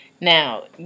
Now